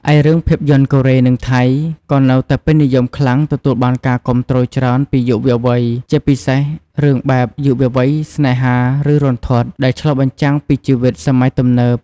ឯរឿងភាពយន្តកូរ៉េ និងថៃ ក៏នៅតែពេញនិយមខ្លាំងទទួលបានការគាំទ្រច្រើនពីយុវវ័យជាពិសេសរឿងបែប យុវវ័យ ស្នេហា ឬរន្ធត់ ដែលឆ្លុះបញ្ចាំងពីជីវិតសម័យទំនើប ។